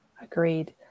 agreed